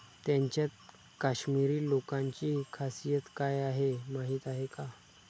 त्यांच्यात काश्मिरी लोकांची खासियत काय आहे माहीत आहे का?